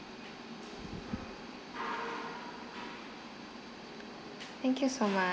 thank you so much